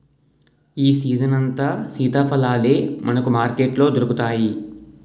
ఈ సీజనంతా సీతాఫలాలే మనకు మార్కెట్లో దొరుకుతాయి